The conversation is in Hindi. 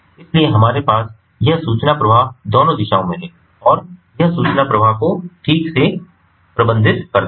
इसलिए हमारे पास यह सूचना प्रवाह दोनों दिशाओं में है और यह सूचना प्रवाह को ठीक से प्रबंधित करता है